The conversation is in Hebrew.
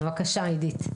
בבקשה, עדית.